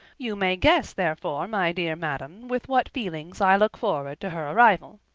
you may guess, therefore, my dear madam, with what feelings i look forward to her arrival.